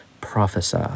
prophesy